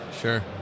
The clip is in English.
Sure